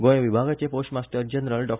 गोंय विभागाचे post master general डॉ